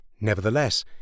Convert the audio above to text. Nevertheless